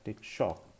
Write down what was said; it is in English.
shock